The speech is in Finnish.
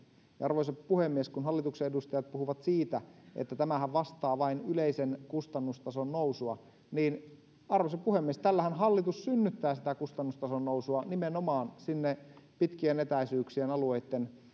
arvoisa puhemies kun hallituksen edustajat puhuvat siitä että tämähän vastaa vain yleisen kustannustason nousua niin arvoisa puhemies tällähän hallitus synnyttää sitä kustannustason nousua nimenomaan sinne pitkien etäisyyksien alueitten